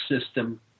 system